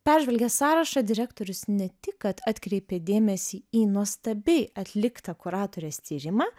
peržvelgęs sąrašą direktorius ne tik kad atkreipė dėmesį į nuostabiai atliktą kuratorės tyrimą